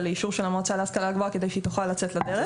לאישור של המועצה להשכלה גבוהה כדי שהיא תוכל לצאת לדרך.